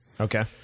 Okay